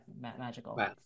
magical